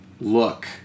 look